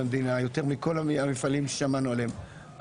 מכל המפעלים ששמענו עליהם,